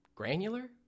granular